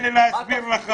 מה תפקידנו?